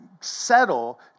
settle